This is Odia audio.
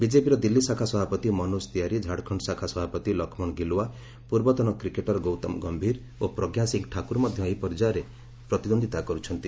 ବିଜେପିର ଦିଲ୍ଲୀ ଶାଖା ସଭାପତି ମନୋଜ ତିୱାରୀ ଝାଡ଼ଖଣ୍ଡ ଶାଖା ସଭାପତି ଲକ୍ଷ୍ମଣ ଗିଲୱ୍ୱା ପୂର୍ବତନ କ୍ରିକେଟର ଗୌତମ ଗମ୍ଭୀର ଓ ପ୍ରଜ୍ଞା ସିଂହ ଠାକୁର ମଧ୍ୟ ଏହି ପର୍ଯ୍ୟାୟରେ ପ୍ରତିଦ୍ୱନ୍ଦିତା କରୁଛନ୍ତି